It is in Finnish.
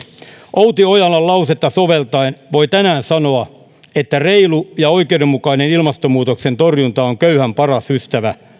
outi ojalan lausetta soveltaen voi tänään sanoa että reilu ja oikeudenmukainen ilmastonmuutoksen torjunta on köyhän paras ystävä